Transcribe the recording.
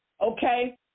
okay